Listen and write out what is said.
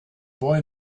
boy